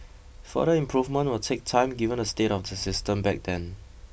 further improvement will take time given the state of the system back then